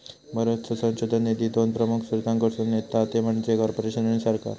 बरोचसो संशोधन निधी दोन प्रमुख स्त्रोतांकडसून येता ते म्हणजे कॉर्पोरेशन आणि सरकार